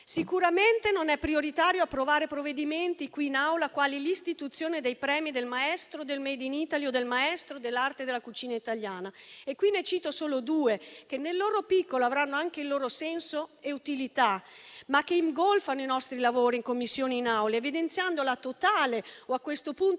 Sicuramente non è prioritario approvare qui in Aula provvedimenti quali l'istituzione dei premi del maestro del *made in Italy* o del maestro dell'arte della cucina italiana. Ne cito solo due che nel loro piccolo avranno anche il loro senso e utilità, ma che ingolfano i nostri lavori in Commissione e in Aula, evidenziando la totale o a questo punto